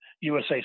USA